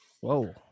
Whoa